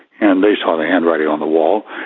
and they so the and writing on the wall.